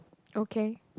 okay